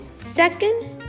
second